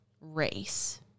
race